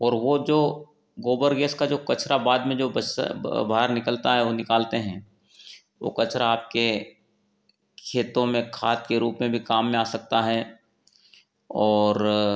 और वो जो गोबर गैस का जो कचरा बाद में जो बचता बाहर निकलता है वो निकालते हैं वो कचरा आपके खेतों में खाद के रूप में भी काम में आ सकता है और